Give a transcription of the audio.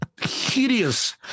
hideous